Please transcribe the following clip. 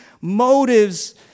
motives